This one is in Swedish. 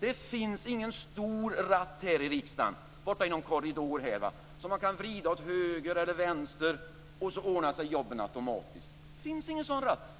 Det finns ingen stor ratt här i riksdagen borta i någon korridor som man kan vrida åt höger eller åt vänster, och så ordnar sig jobben automatiskt. Det finns ingen sådan ratt.